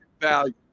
value